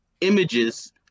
images